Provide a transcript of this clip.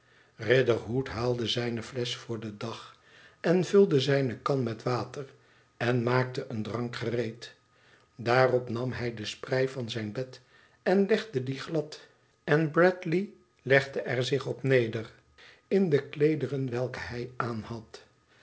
riderhood haalde zijne flesch voor den dag en vulde zijne kan met water en maakte een drank gereed daarop nam hij de sprei van zijn bed en legde die glad en bradley legde er zich op neder in de kleederen welke hij aanhad